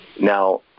Now